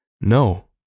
no